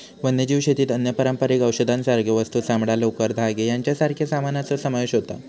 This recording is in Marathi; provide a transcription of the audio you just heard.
वन्यजीव शेतीत अन्न, पारंपारिक औषधांसारखे वस्तू, चामडां, लोकर, धागे यांच्यासारख्या सामानाचो समावेश होता